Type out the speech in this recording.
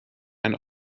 and